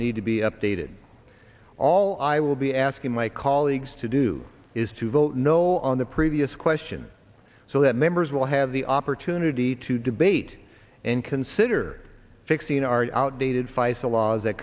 need to be updated all i will be asking my colleague to do is to vote no on the previous question so that members will have the opportunity to debate and consider fixing our outdated faisel laws